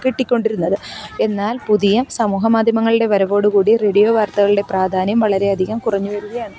കിട്ടിക്കൊണ്ടിരുന്നത് എന്നാൽ പുതിയ സമൂഹ മാധ്യമങ്ങളുടെ വരവോടുകൂടി റേഡിയോ വാർത്തകളുടെ പ്രാധാന്യം വളരെയധികം കുറഞ്ഞുവരികയാണ്